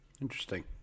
Interesting